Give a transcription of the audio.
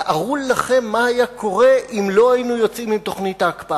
תארו לכם מה היה קורה אם לא היינו יוצאים עם תוכנית ההקפאה.